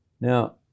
Now